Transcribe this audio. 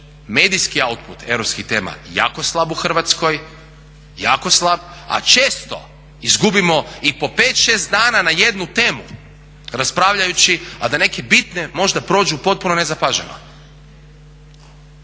medijski output europskih tema jako slab u Hrvatskoj, jako slab a često izgubimo i po 5, 6 dana na jednu temu raspravljajući a da neke bitne možda prođu potpuno nezapaženo.